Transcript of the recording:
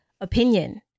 opinion